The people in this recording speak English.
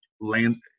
land